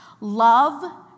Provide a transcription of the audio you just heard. Love